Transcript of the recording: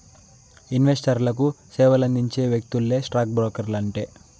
ఇన్వెస్టర్లకు సేవలందించే వ్యక్తులే స్టాక్ బ్రోకర్లంటే